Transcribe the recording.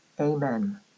Amen